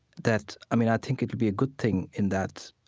that, i mean, i think it will be a good thing in that,